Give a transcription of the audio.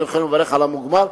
אנחנו יכולים לברך על המוגמר.